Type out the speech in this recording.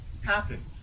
happen